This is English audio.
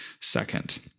second